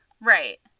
Right